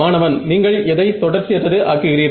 மாணவன் நீங்கள் எதை தொடர்ச்சியற்றது ஆக்குகிறீர்கள்